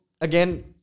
again